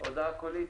הודעה קולית